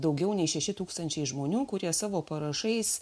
daugiau nei šeši tūkstančiai žmonių kurie savo parašais